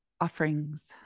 offerings